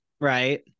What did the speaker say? Right